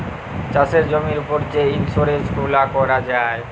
চাষের জমির উপর যে ইলসুরেলস গুলা ক্যরা যায়